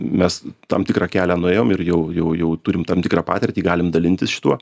mes tam tikrą kelią nuėjom ir jau jau jau turim tam tikrą patirtį galim dalintis šituo